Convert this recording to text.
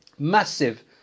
massive